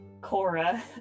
Cora